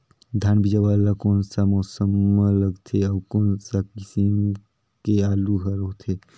धान बीजा वाला कोन सा मौसम म लगथे अउ कोन सा किसम के आलू हर होथे?